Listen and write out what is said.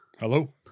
Hello